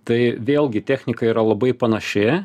tai vėlgi technika yra labai panaši